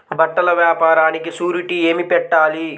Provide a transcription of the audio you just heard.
బట్టల వ్యాపారానికి షూరిటీ ఏమి పెట్టాలి?